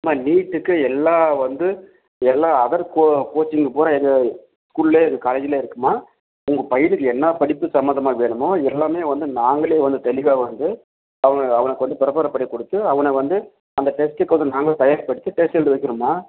அம்மா நீட்டுக்கு எல்லாம் வந்து எல்லாம் அதர் கோச்சிங்கு பூரா எங்கள் ஸ்கூலேயே இருக்குது காலேஜுலேயே இருக்குதும்மா உங்கள் பையனுக்கு என்ன படிப்பு சம்மந்தமாக வேணுமோ எல்லாமே வந்து நாங்களே வந்து தெளிவாக வந்து அவன் அவனுக்கு வந்து ப்ரிப்பேரு பண்ணி கொடுத்து அவனை வந்து அந்த டெஸ்ட்டுக்கு வந்து நாங்களே தயார் படுத்தி டெஸ்ட் எழுத வைக்கிறோம்மா